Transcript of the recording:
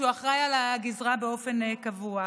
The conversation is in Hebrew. אחראי על הגזרה באופן קבוע.